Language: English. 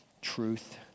truth